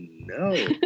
no